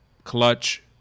clutch